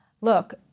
look